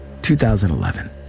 2011